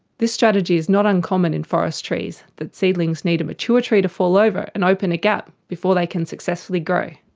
this strategy is not uncommon in forest trees, that seedlings need a mature tree to fall over, to and open a gap, before they can successfully grow.